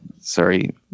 sorry